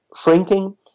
shrinking